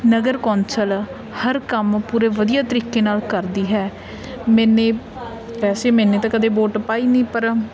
ਨਗਰ council ਹਰ ਕੰਮ ਪੂਰੇ ਵਧੀਆ ਤਰੀਕੇ ਨਾਲ ਕਰਦੀ ਹੈ ਮੈਨੇ ਵੈਸੇ ਮੈਨੇ ਤਾਂ ਕਦੇ ਵੋਟ ਪਾਈ ਨਹੀਂ ਪਰ